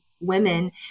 women